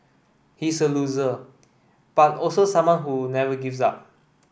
he's a loser but also someone who never gives up